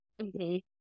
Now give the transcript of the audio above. Okay